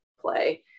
play